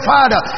Father